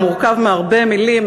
הוא מורכב מהרבה מילים,